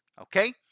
okay